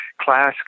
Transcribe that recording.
class